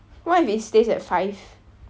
what if it stays at five